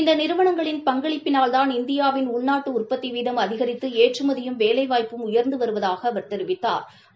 இந்த நிறுவனங்களின் பங்களிப்பினால்தான் இந்தியாவின் உள்நாட்டு உற்பத்தி வீதம் அதிகித்து ஏற்றுமதியும் வேலைவாய்ப்பும் உயா்ந்து வருவதாக அவா் தெரிவித்தாா்